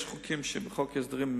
יש סעיפים בחוק ההסדרים,